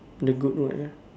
the goat what ah